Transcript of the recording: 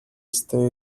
este